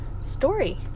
story